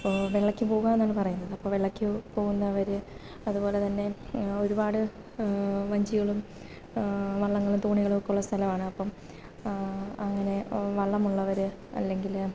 ഓ വെള്ളക്ക് പോകുകയെന്നാണ് പറയുന്നത് അപ്പോള് വെള്ളയ്ക്ക് പോകുന്നവര് അതുപോലെ തന്നെ ഒരുപാട് വഞ്ചികളും വള്ളങ്ങളും തോണികളൊക്കെയുള്ള സ്ഥലമാണ് അപ്പോള് അങ്ങനെ വള്ളം ഉള്ളവര് അല്ലെങ്കില്